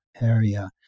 area